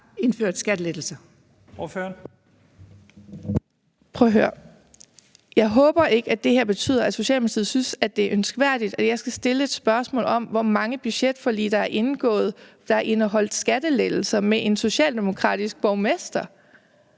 det her betyder, at Socialdemokratiet synes, det er ønskværdigt, at jeg skal stille et spørgsmål om, hvor mange budgetforlig, som har indeholdt skattelettelser, der er indgået med en socialdemokratisk borgmester.